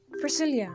Priscilla